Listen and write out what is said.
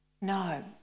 no